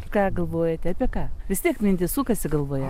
ir ką galvojate apie ką vis tiek mintys sukasi galvoje